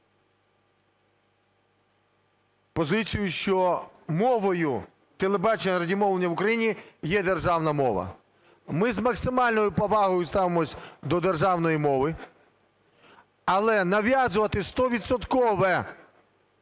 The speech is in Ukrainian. позицію, що мовою телебачення і радіомовлення в Україні є державна мова. Ми з максимальною повагою ставимося до державної мови, але нав'язувати